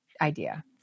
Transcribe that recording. idea